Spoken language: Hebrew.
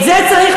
את תתקזזי היום.